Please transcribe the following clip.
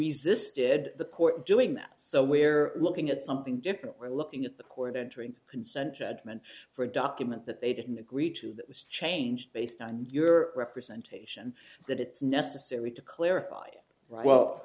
resisted the court doing that so we're looking at something different we're looking at the court entering consent judgment for a document that they didn't agree to that was changed based on your representation that it's necessary to clarify right well